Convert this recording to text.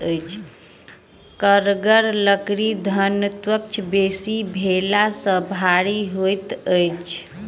कड़गर लकड़ीक घनत्व बेसी भेला सॅ भारी होइत अछि